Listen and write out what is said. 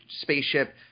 spaceship